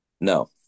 No